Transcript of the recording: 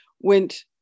went